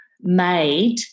made